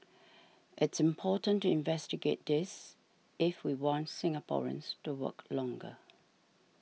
it's important to investigate this if we want Singaporeans to work longer